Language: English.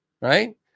right